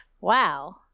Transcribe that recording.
wow